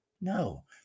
No